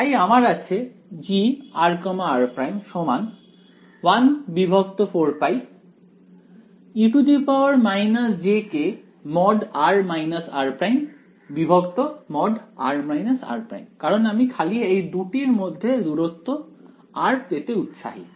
তাই আমার আছে Gr r′ 14π কারণ আমি খালি এই দুটির মধ্যে দূরত্ব r পেতে উৎসাহি